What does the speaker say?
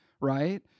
right